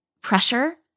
pressure